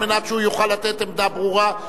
על מנת שהוא יוכל לתת עמדה ברורה.